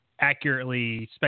accurately